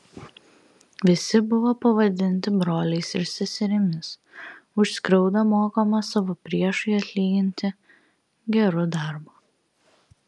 visi buvo pavadinti broliais ir seserimis už skriaudą mokoma savo priešui atlyginti geru darbu